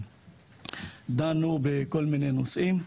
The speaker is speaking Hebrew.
דנו בכל מיני נושאים.